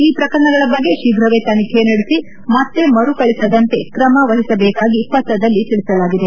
ಈ ಪ್ರಕರಣಗಳ ಬಗ್ಗೆ ಶೀಘವೇ ತನಿಖೆ ನಡೆಸಿ ಮತ್ತೆ ಮರುಕಳಿಸದಂತೆ ತ್ರಮ ವಹಿಸಬೇಕಾಗಿ ಪತ್ರದಲ್ಲಿ ತಿಳಿಸಲಾಗಿದೆ